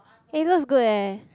it looks good leh